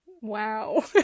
Wow